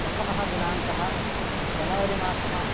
प्रथमः दिनाङ्कः जनवरि मासः